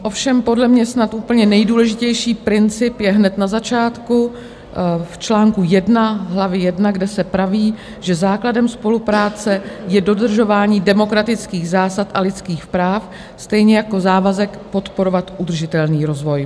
Ovšem podle mě snad úplně nejdůležitější princip je hned na začátku v čl. 1 hlavy 1, kde se praví, že základem spolupráce je dodržování demokratických zásad a lidských práv, stejně jako závazek podporovat udržitelný rozvoj.